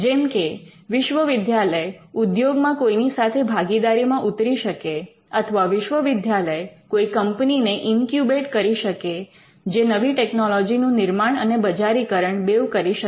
જેમકે વિશ્વવિદ્યાલય ઉદ્યોગમાં કોઈની સાથે ભાગીદારીમાં ઉતરી શકે અથવા વિશ્વવિદ્યાલય કોઈ કંપનીને ઇન્ક્યુબેટ્ કરી શકે જે નવી ટેકનોલોજી નું નિર્માણ અને બજારીકરણ બેઉ કરી શકે